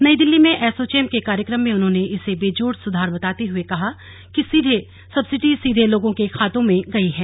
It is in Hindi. नई दिल्ली में एसोचैम के कार्यक्रम में उन्होंने इसे बेजोड़ सुधार बताते हुए कहा कि सब्सिडी सीधे लोगों के खातों में गई है